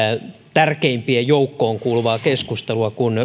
tärkeimpien joukkoon kuuluvaa keskustelua kun